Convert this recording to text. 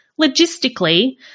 logistically